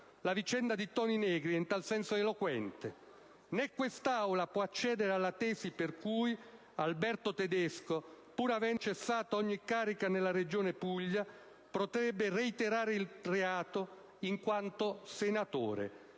La vicenda di Toni Negri in tal senso è eloquente. Né quest'Aula può accedere alla tesi per cui Alberto Tedesco, pur avendo cessato ogni carica nella Regione Puglia, potrebbe reiterare il reato in quanto senatore,